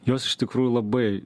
jos iš tikrųjų labai